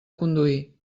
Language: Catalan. conduir